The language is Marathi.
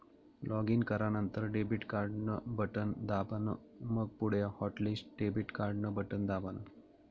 लॉगिन करानंतर डेबिट कार्ड न बटन दाबान, मंग पुढे हॉटलिस्ट डेबिट कार्डन बटन दाबान